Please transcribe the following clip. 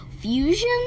fusion